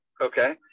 Okay